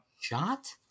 shot